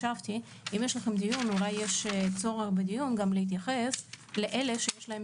אולי יש צורך גם להתייחס לאלה שיש להם